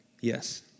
Yes